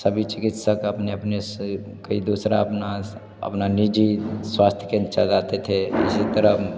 सभी चिकित्सक अपने अपने से कोई दूसरा अपना अपना निजी स्वास्थ्य केंद्र चलाते थे इसी तरह